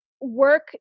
Work